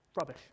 rubbish